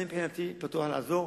אני מבחינתי פתוח לעזור,